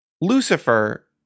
Lucifer